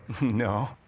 No